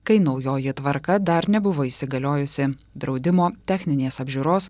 kai naujoji tvarka dar nebuvo įsigaliojusi draudimo techninės apžiūros